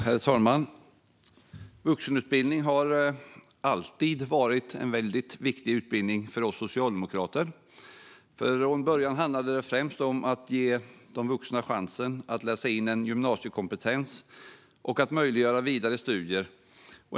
Herr talman! Vuxenutbildning har alltid varit en väldigt viktig utbildning för oss socialdemokrater. Från början handlade det främst om att ge vuxna chansen att läsa in en gymnasiekompetens och att möjliggöra vidare studier.